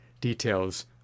details